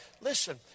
Listen